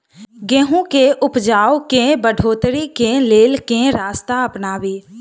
गेंहूँ केँ उपजाउ केँ बढ़ोतरी केँ लेल केँ रास्ता अपनाबी?